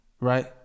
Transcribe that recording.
Right